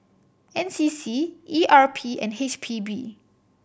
N C C E R P and H P B